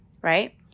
right